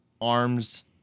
arms